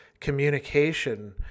communication